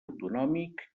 autonòmic